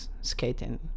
skating